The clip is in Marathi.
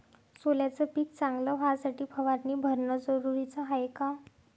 सोल्याचं पिक चांगलं व्हासाठी फवारणी भरनं जरुरी हाये का?